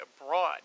abroad